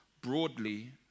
broadly